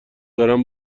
دارم